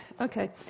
Okay